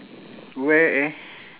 where eh